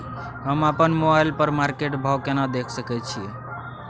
हम अपन मोबाइल पर मार्केट भाव केना देख सकै छिये?